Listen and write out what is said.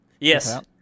Yes